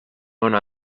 ona